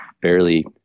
barely